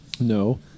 No